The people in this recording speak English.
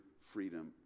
freedom